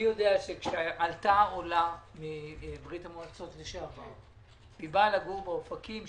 אני יודע שכשעלתה עולה מברית המועצות לשעבר היא באה לגור באופקים,